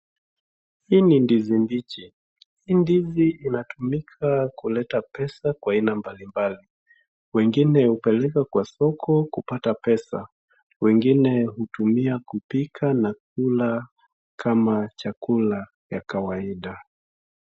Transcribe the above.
Hii ndizi mbichi . Hii ndizi inatumika kuleta pesa kwa aina mbalimbali. Wengine ukaleta kwa soko kupata pesa, wengine hutumia kupika na kula kama na chakula ya kawaida.